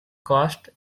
cost